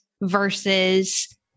versus